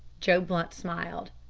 joe blunt smiled.